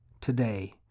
today